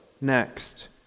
next